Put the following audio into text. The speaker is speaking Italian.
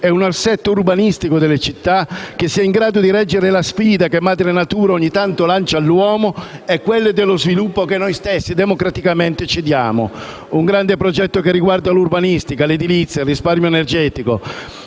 e un assetto urbanistico delle città che sia in grado di reggere la sfida che madre natura ogni tanto lancia all'uomo e quelle dello sviluppo che noi stessi democraticamente ci diamo. Un grande progetto che riguarda l'urbanistica, l'edilizia, il risparmio energetico,